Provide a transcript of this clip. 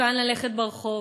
מסוכן ללכת ברחוב,